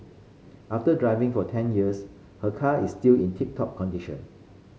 after driving for ten years her car is still in tip top condition